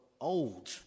old